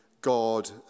God